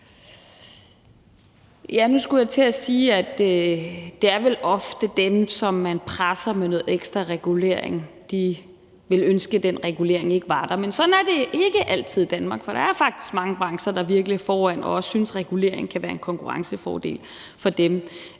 Nu skulle jeg til at sige, at det vel ofte er dem, som man presser med noget ekstra regulering, der ville ønske, at den regulering ikke var der. Men sådan er det ikke altid i Danmark, for der er faktisk mange brancher, der virkelig er foran og også synes, at regulering kan være en konkurrencefordel for dem.